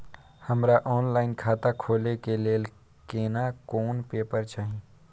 हमरा ऑनलाइन खाता खोले के लेल केना कोन पेपर चाही?